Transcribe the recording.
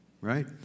right